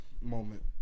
Moment